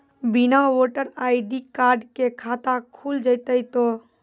बिना voter ID card के खाता खुल जैते तो?